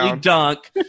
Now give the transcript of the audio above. dunk